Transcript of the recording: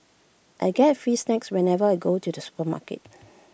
I get free snacks whenever I go to the supermarket